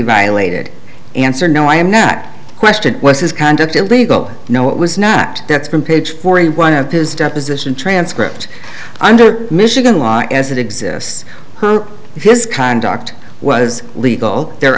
violated answer no i am not question was his conduct illegal no it was not that's from page forty one of his deposition transcript under michigan law as it exists his conduct was legal there